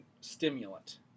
stimulant